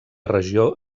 regió